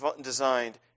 designed